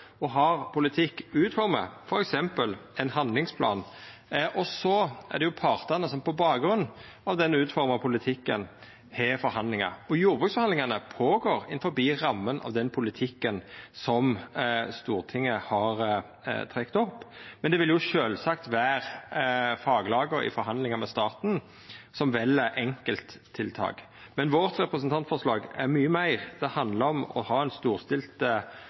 og utformar politikk, f.eks. ein handlingsplan, og så er det partane som på bakgrunn av den utforma politikken har forhandlingar. Jordbruksforhandlingane går føre seg innanfor ramma av den politikken Stortinget har trekt opp, men det vil sjølvsagt vera faglaga som i forhandlingar med staten vel enkelttiltak. Vårt representantforslag er mykje meir. Det handlar om å ha ein storstilt